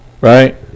right